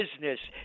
business